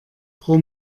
pro